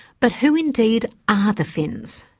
but who indeed are the finns?